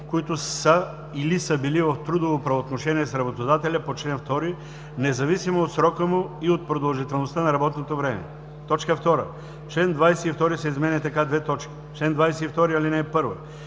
които са или са били в трудово правоотношение с работодателя по чл. 2, независимо от срока му и от продължителността на работното време.“ 2. Член 22 се изменя така: „Чл. 22.